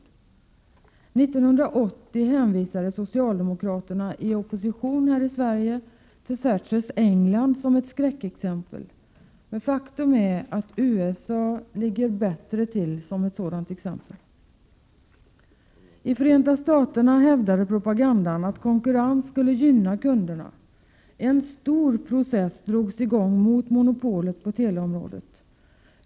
1980 hänvisade socialdemokraterna i opposition här i Sverige till Thatchers England som ett skräckexempel — men faktum är att USA ligger närmare till i den vägen. I Förenta Staterna hävdade propagandan att konkurrens skulle gynna kunderna. En stor process drogs i gång mot monopolet på teleområ 173 det.